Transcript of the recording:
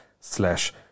slash